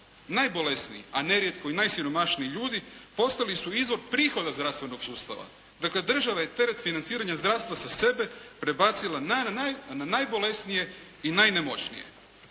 najbolesniji a nerijetko i najsiromašniji ljudi postali su izvor prihoda zdravstvenog sustava. Dakle država je teret financiranja zdravstva sa sebe prebacila na najbolesnije i na najnemoćnije.